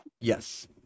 Yes